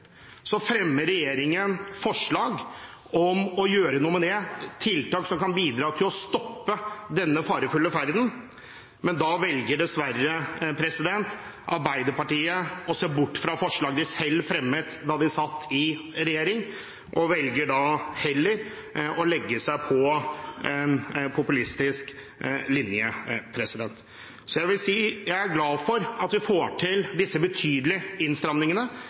fremmer forslag om å gjøre noe med det, tiltak som kan bidra til å stoppe denne farefulle ferden, men da velger dessverre Arbeiderpartiet å se bort fra forslag de selv fremmet da de satt i regjering, og velger heller å legge seg på en populistisk linje. Så jeg vil si: Jeg er glad for at vi får til disse betydelige innstramningene,